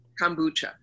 kombucha